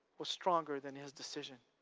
was stronger than his decision.